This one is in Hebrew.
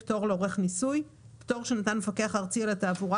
"פטור לעורך ניסוי" פטור שנתן המפקח הארצי על התעבורה,